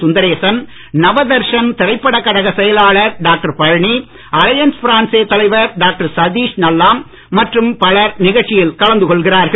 சுந்தரேசன் நவதர்ஷன் திரைப்படக் கழக செயலாளர் டாக்டர் பழனி அலையன்ஸ் பிரான்சே தலைவர் டாக்டர் சதீஷ் நல்லாம் மற்றும் பலர் நிகழ்ச்சியில் கலந்து கொள்கிறார்கள்